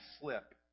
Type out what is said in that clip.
slip